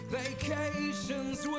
vacations